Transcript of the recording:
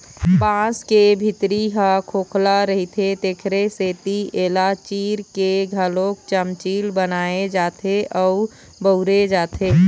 बांस के भीतरी ह खोखला रहिथे तेखरे सेती एला चीर के घलोक चमचील बनाए जाथे अउ बउरे जाथे